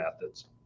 methods